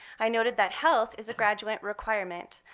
i noted that health is a graduate requirement.